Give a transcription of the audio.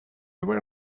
were